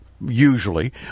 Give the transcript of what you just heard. usually